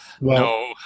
No